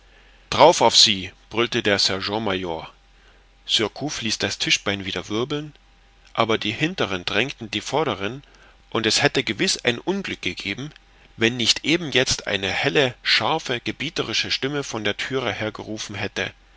drauf auf sie brüllte der sergent major surcouf ließ das tischbein wieder wirbeln aber die hinteren drängten die vorderen und es hätte gewiß ein unglück gegeben wenn nicht eben jetzt eine helle scharfe gebieterische stimme von der thüre her gerufen hätte